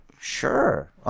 Sure